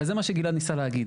וזה מה שגלעד ניסה להגיד.